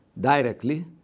directly